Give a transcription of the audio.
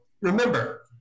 remember